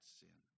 sin